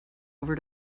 over